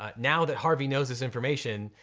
ah now that harvey knows this information,